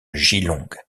geelong